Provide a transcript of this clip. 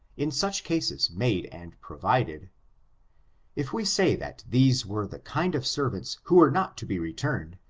in such cases made and provided if we say that these were the kind of servants who were not to be returned,